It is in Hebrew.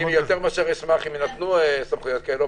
אני יותר מאשר אשמח אם יינתנו סמכויות כאלה,